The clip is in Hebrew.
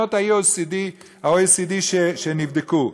מדינות ה-OECD שנבדקו.